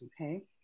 okay